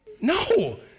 No